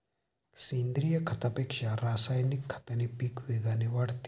सेंद्रीय खतापेक्षा रासायनिक खताने पीक वेगाने वाढते